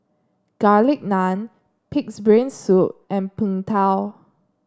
Garlic Naan Pig's Brain Soup and Png Tao